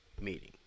meeting